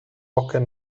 bosques